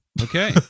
Okay